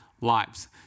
lives